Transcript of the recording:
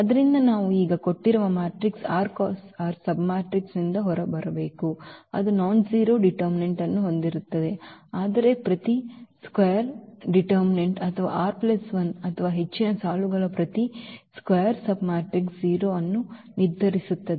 ಆದ್ದರಿಂದ ನಾವು ಈಗ ಕೊಟ್ಟಿರುವ ಮ್ಯಾಟ್ರಿಕ್ಸ್ r × r ಸಬ್ಮ್ಯಾಟ್ರಿಕ್ಸ್ನಿಂದ ಹೊರಬರಬೇಕು ಅದು ನಾನ್ಜೆರೋ ಡಿಟರ್ಮಿನೆಂಟ್ ಅನ್ನು ಹೊಂದಿರುತ್ತದೆ ಆದರೆ ಪ್ರತಿ ಚದರ ನಿರ್ಣಾಯಕ ಅಥವಾ r 1 ಅಥವಾ ಹೆಚ್ಚಿನ ಸಾಲುಗಳ ಪ್ರತಿ ಚದರ ಸಬ್ಮ್ಯಾಟ್ರಿಕ್ಸ್ 0 ಅನ್ನು ನಿರ್ಧರಿಸುತ್ತದೆ